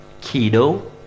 Kido